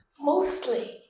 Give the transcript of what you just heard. Mostly